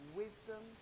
wisdom